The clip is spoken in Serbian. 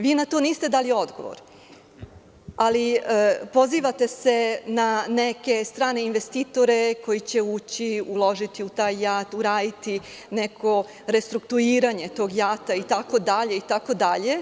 Vi na to niste dali odgovor, ali se pozivate na neke strane investitore koji će ući, uložiti u taj JAT, uraditi neko restrukturiranje tog JAT-a itd.